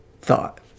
thought